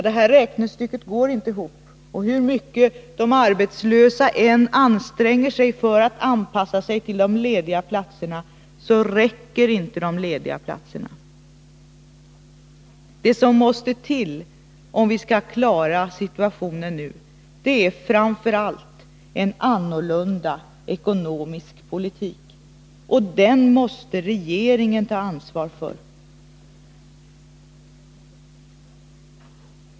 Det här räknestycket går inte ihop, och hur mycket de arbetslösa än anstränger sig för att anpassa sig till de lediga platserna räcker dessa platser inte till. Det som måste till om vi skall kunna klara situationen nu är framför allt en annan ekonomisk politik, och den måste regeringen ta ansvar för.